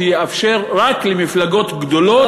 שיאפשר רק למפלגות גדולות,